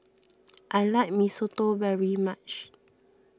I like Mee Soto very much